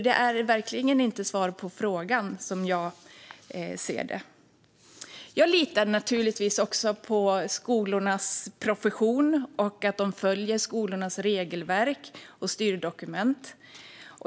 Det är verkligen inte något svar på frågan, som jag ser det. Jag litar naturligtvis också på skolornas profession och att de följer sina regelverk och styrdokument.